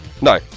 No